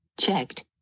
Checked